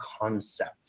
concept